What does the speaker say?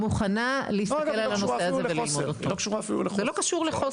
היא לא קשורה אפילו לחוסר.